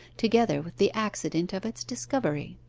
together with the accident of its discovery.